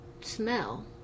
smell